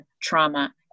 trauma